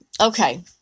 okay